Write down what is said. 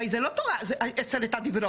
הרי זה לא עשרת הדיברות,